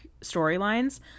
storylines